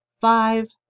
Five